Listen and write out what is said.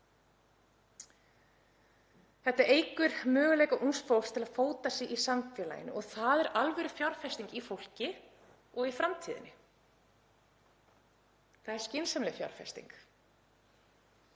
Þetta eykur möguleika ungs fólks til að fóta sig í samfélaginu. Það er alvörufjárfesting í fólki og í framtíðinni. Það er skynsamleg fjárfesting.